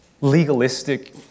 legalistic